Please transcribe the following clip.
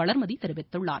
வளர்மதி தெரிவித்துள்ளார்